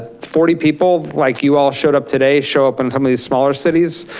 forty people like you all showed up today show up in some of these smaller cities,